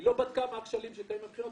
היא לא בדקה מה הכשלים שקיימים במכינות,